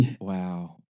wow